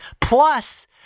plus